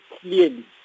clearly